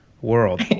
world